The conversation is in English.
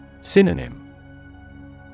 Synonym